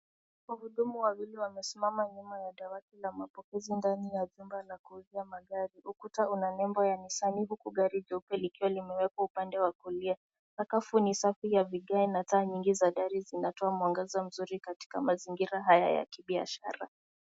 Wahudumu wawili wamesimama nyuma ya dawati la mapokezi ndani ya jumba la kuuza magari. Ukuta una nembo ya Nissan huku gari jeupe likiwa limeekwa upande wa kulia. Sakafu ni safi ya vigae na taa nyingi za gari zinatoa mwangaza mzuri katika mazingira haya ya kibiashara.